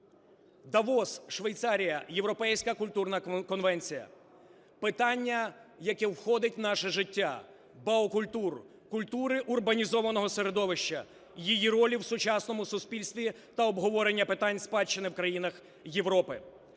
Давос, Швейцарія: Європейська культурна конвенція. Питання, яке входить в наше життя, Baukultur – культури урбанізованого середовища, її ролі в сучасному суспільстві та обговорення питань спадщини в країнах Європи.